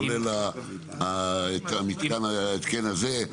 כולל ההתקן הזה,